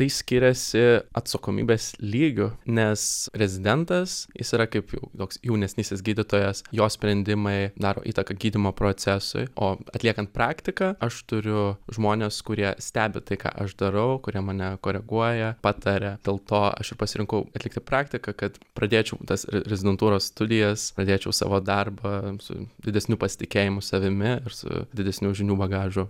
tai skiriasi atsakomybės lygiu nes rezidentas jis yra kaip jau joks jaunesnysis gydytojas jo sprendimai daro įtaką gydymo procesui o atliekant praktiką aš turiu žmones kurie stebi tai ką aš darau kurie mane koreguoja pataria dėl to aš ir pasirinkau atlikti praktiką kad pradėčiau tas re rezidentūros studijas pradėčiau savo darbą su didesniu pasitikėjimu savimi ir su didesniu žinių bagažu